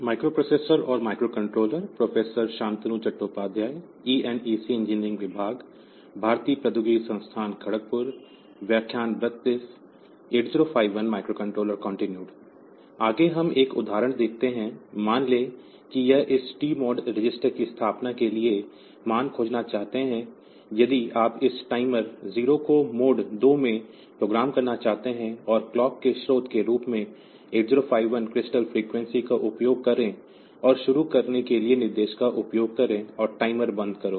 आगे हम एक उदाहरण देखते हैं मान लें कि हम इस टीमोड रजिस्टर की स्थापना के लिए मान खोजना चाहते हैं यदि आप इस टाइमर 0 को मोड 2 में प्रोग्राम करना चाहते हैं और क्लॉक के स्रोत के रूप में 8051 क्रिस्टल फ्रीक्वेंसी का उपयोग करें और शुरू करने के लिए निर्देशों का उपयोग करें और टाइमर बंद करो